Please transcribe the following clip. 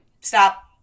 stop